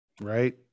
Right